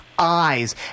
Eyes